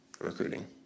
recruiting